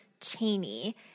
cheney